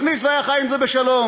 מכניס, והיה חי עם זה בשלום.